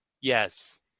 Yes